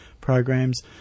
programs